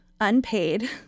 unpaid